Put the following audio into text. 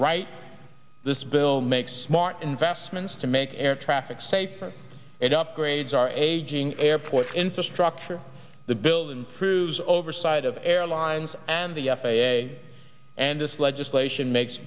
right this bill make smart investments to make air traffic safer and upgrades our aging airport infrastructure the build and cruise oversight of airlines and the f a a and this legislation makes